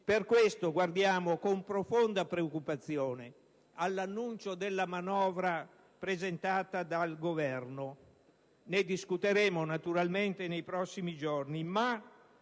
Per questo, guardiamo con profonda preoccupazione all'annuncio della manovra presentata dal Governo. Ne discuteremo naturalmente nei prossimi giorni, ma